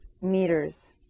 meters